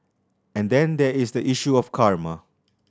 and then there is the issue of karma